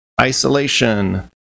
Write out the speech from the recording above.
isolation